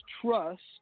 trust